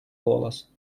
голос